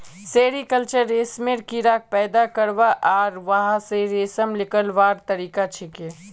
sericulture रेशमेर कीड़ाक पैदा करवा आर वहा स रेशम निकलव्वार तरिका छिके